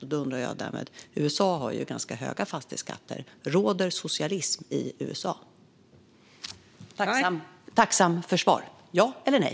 Kjell Jansson säger att det är socialism med fastighetsskatt. Då undrar jag: Råder socialism i USA? Jag vore tacksam för svar - ja eller nej?